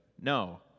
No